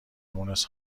مونس